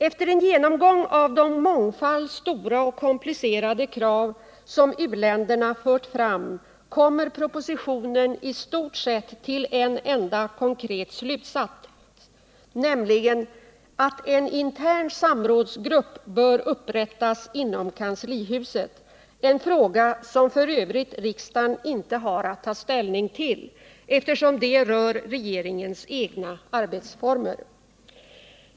Efter en genomgång av den mångfald stora och komplicerade krav som u-länderna fört fram kommer propositionen i stort sett fram till en enda konkret slutsats, nämligen att en intern samrådsgrupp bör upprättas inom kanslihuset — en fråga som f. ö. riksdagen inte har att ta ställning till, eftersom den rör regeringens egna arbetsformer.